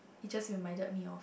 he just reminded me of